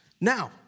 Now